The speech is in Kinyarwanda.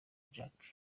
jacques